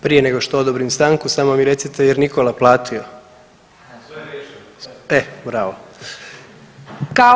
Prije nego što odobrim stanku samo mi recite jel Nikola platio? [[Upadica: Sve riješeno.]] e bravo.